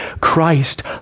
Christ